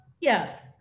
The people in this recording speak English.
yes